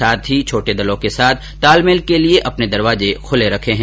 साथ ही छोटे दलों के साथ तालमेल के लिए अपने दरवाजे खुले रखे है